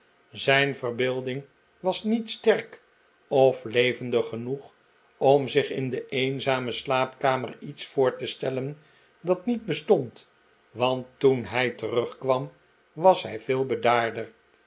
zijn verbeelding was niet sterk of levendig genoeg om zich in de eenzame slaapkamer iets voor te stellen dat niet bestond want toen hij terugkwam was hij veel bedaarder